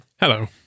Hello